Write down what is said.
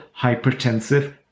hypertensive